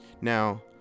Now